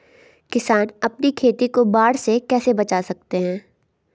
किसान अपनी खेती को बाढ़ से कैसे बचा सकते हैं?